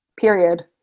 period